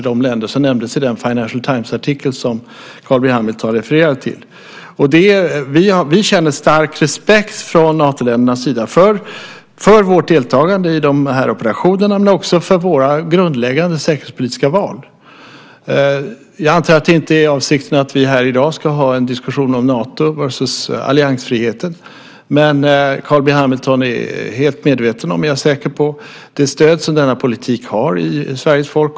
Det var de länder som nämndes i den artikel i Financial Times som Carl B Hamilton refererade till. Vi känner stark respekt från Natoländernas sida för vårt deltagande i operationer men också för våra grundläggande säkerhetspolitiska val. Jag antar att det inte är avsikten att vi här i dag ska ha en diskussion om Nato versus alliansfriheten. Men jag är säker på att Carl B Hamilton är helt medveten om det stöd som denna politik har hos Sveriges folk.